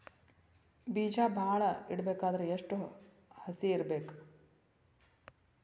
ಬೇಜ ಭಾಳ ದಿನ ಇಡಬೇಕಾದರ ಎಷ್ಟು ಹಸಿ ಇರಬೇಕು?